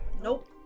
Nope